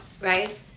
right